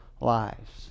lives